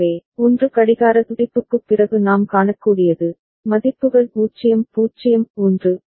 எனவே 1 கடிகார துடிப்புக்குப் பிறகு நாம் காணக்கூடியது மதிப்புகள் 0 0 1